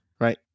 Right